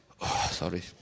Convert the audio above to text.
Sorry